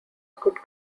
could